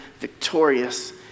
victorious